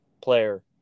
player